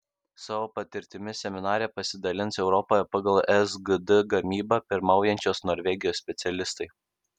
savo patirtimi seminare pasidalins europoje pagal sgd gamybą pirmaujančios norvegijos specialistai